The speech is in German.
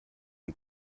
die